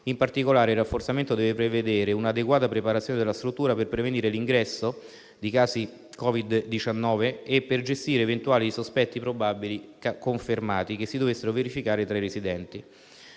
In particolare, il rafforzamento deve prevedere un'adeguata preparazione della struttura per prevenire l'ingresso di casi Covid-19 e per gestire eventuali casi sospetti, probabili o confermati che si dovessero verificare tra i residenti.